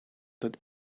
that